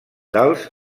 dels